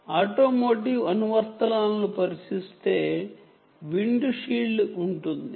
వాస్తవానికి మీరు automotive applications పరిశీలిస్తే విండ్షీల్డ్ ఉంటుంది